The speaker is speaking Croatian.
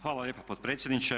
Hvala lijepa potpredsjedniče.